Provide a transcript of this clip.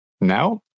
Now